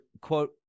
quote